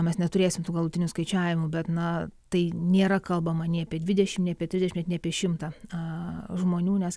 mes neturėsim tų galutinių skaičiavimų bet na tai nėra kalbama nei apie dvidešimt nei apie trisdešimt net ne apie šimtą žmonių nes